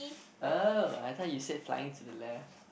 oh I thought you said flying to the left